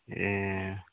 ए